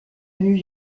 new